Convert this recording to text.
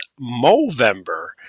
Movember